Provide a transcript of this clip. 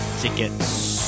tickets